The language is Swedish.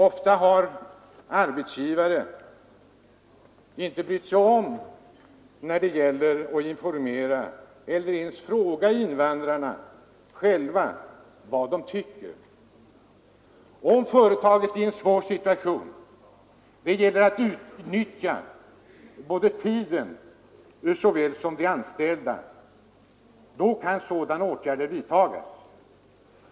Ofta har arbetsgivare inte heller brytt sig om att informera eller ens tillfråga invandrarna själva om vad dom tycker.” Om företagen är i en pressad situation, där det gäller att utnyttja både tiden och de anställda, kan sådana åtgärder vidtas.